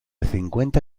cincuenta